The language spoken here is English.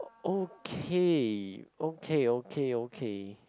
okay okay okay okay